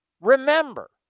Remember